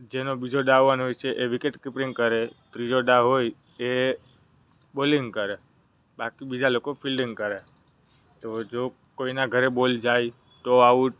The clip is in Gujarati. જેનો બીજો દાવ આવાનો હોય છે એ વિકેટ કીપરિંગ કરે ત્રીજો દાવ હોય એ બોલિંગ કરે બાકી બીજા લોકો ફિલ્ડિંગ કરે તો જો કોઈના ઘરે બોલ જાય તો આવું